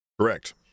Correct